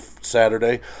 Saturday